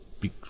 big